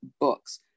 books